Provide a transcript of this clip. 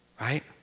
Right